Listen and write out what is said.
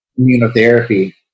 immunotherapy